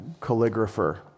calligrapher